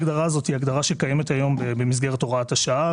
ההגדרה הזאת קיימת היום במסגרת הוראת השעה,